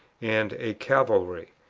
and a calvary.